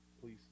please